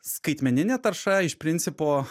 skaitmeninė tarša iš principo